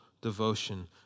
devotion